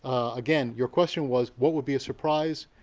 again, your question was what would be a surprise,